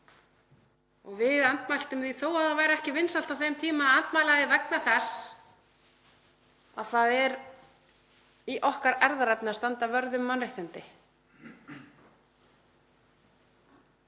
Við andmæltum því, þó að það væri ekki vinsælt á þeim tíma að andmæla því, vegna þess það er í erfðaefni okkar að standa vörð um mannréttindi.